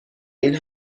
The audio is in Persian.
این